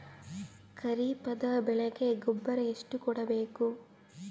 ಖರೀಪದ ಬೆಳೆಗೆ ಗೊಬ್ಬರ ಎಷ್ಟು ಕೂಡಬೇಕು?